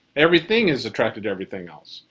everything is attracted everything else.